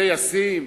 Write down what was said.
זה ישים?